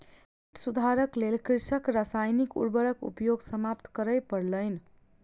माइट सुधारक लेल कृषकक रासायनिक उर्वरक उपयोग समाप्त करअ पड़लैन